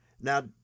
Now